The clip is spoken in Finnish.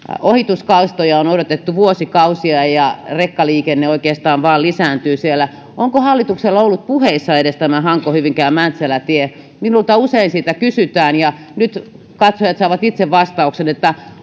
ohituskaistoja on odotettu vuosikausia ja rekkaliikenne oikeastaan vain lisääntyy siellä onko hallituksella ollut edes puheissa tämä hanko hyvinkää mäntsälä tie minulta usein siitä kysytään ja nyt katsojat saavat itse vastauksen